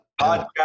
podcast